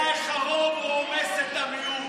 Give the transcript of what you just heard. הצבעה לא חוקית.